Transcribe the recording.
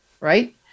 Right